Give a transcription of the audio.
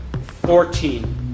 fourteen